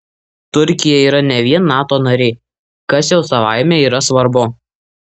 turkija yra ne vien nato narė kas jau savaime yra svarbu